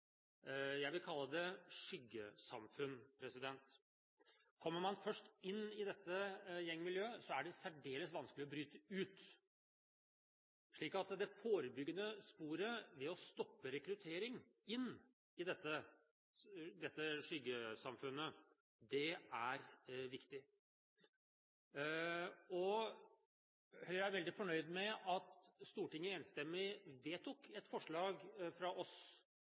Jeg vil kalle det skyggesamfunn. Kommer man først inn i dette gjengmiljøet, er det særdeles vanskelig å bryte ut. Det forebyggende sporet til å stoppe rekruttering inn i dette skyggesamfunnet er viktig. Høyre er veldig fornøyd med at Stortinget høsten 2011 enstemmig vedtok et forslag fra oss